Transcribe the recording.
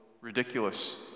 ridiculous